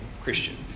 Christian